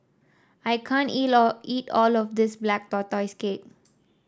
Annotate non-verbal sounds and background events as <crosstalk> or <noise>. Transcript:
I can't eat <unintelligible> eat all of this Black Tortoise Cake